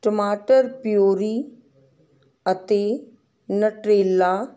ਟਮਾਟਰ ਪਿਊਰੀ ਅਤੇ ਨਟਰੇਲਾ